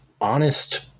honest